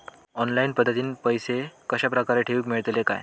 Online पद्धतीन पैसे कश्या प्रकारे ठेऊक मेळतले काय?